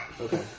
Okay